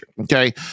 Okay